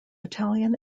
italian